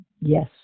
Yes